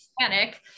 panic